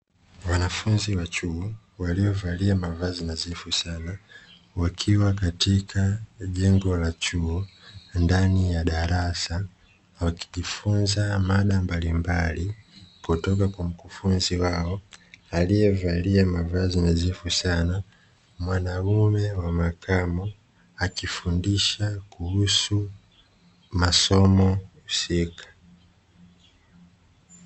Wanafunzi wa chuo waliovalia mavazi nadhifu sana, wakiwa katika jengo la chuo ndani ya darasa wakijifunza mada mbalimbali kutoka kwa mkufunzi wao aliyevalia mavazi nadhifu sana, mwanaume wa makamo akifundisha kuhusu masomo husika.